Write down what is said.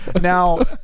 Now